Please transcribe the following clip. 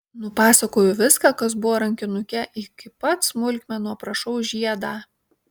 nupasakoju viską kas buvo rankinuke iki pat smulkmenų aprašau žiedą